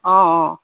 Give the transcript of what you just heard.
অঁ অঁ